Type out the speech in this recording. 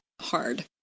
hard